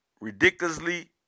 ridiculously